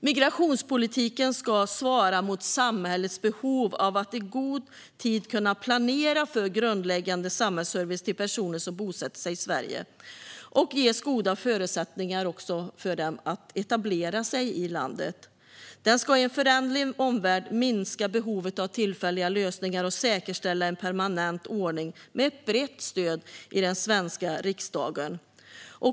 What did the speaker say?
Migrationspolitiken ska svara mot samhällets behov av att i god tid kunna planera för grundläggande samhällsservice till personer som bosätter sig i Sverige och ge dem goda förutsättningar att etablera sig i landet. Den ska i en föränderlig omvärld minska behovet av tillfälliga lösningar och säkerställa en permanent ordning med ett brett stöd i den svenska riksdagen.